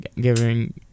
giving